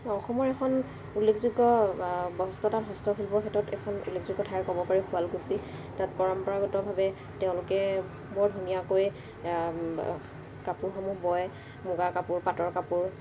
অসমৰ এখন উল্লেখযোগ্য বস্ত্ৰ তাঁত হস্তশিল্পৰ ক্ষেত্ৰত এখন উল্লেখযোগ্য ঠাই ক'ব পাৰি শুৱালকুছি তাত পৰম্পৰাগতভাৱে তেওঁলোকে বৰ ধুনীয়াকৈ কাপোৰসমূহ বয় মুগা কাপোৰ পাটৰ কাপোৰ